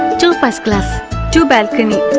two first class two balcony